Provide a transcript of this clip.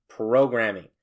programming